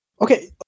Okay